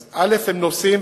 אז הם נוסעים,